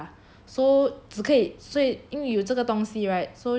so 只可以所以因为有这个东西 right so 需要